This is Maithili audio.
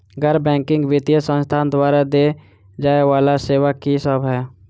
गैर बैंकिंग वित्तीय संस्थान द्वारा देय जाए वला सेवा की सब है?